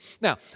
Now